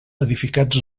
edificats